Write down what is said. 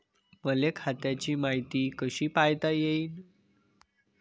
मले खात्याची मायती कशी पायता येईन?